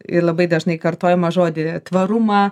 į labai dažnai kartojamą žodį tvarumą